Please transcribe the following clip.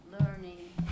learning